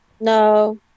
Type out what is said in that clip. No